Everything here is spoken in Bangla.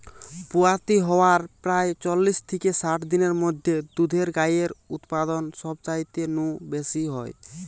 পুয়াতি হয়ার প্রায় চল্লিশ থিকে ষাট দিনের মধ্যে দুধেল গাইয়ের উতপাদন সবচাইতে নু বেশি হয়